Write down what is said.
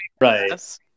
right